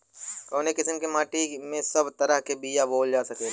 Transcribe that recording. कवने किसीम के माटी में सब तरह के बिया बोवल जा सकेला?